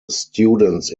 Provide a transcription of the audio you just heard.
students